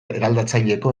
eraldatzaileko